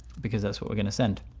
because that's what we're going to send.